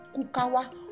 Kukawa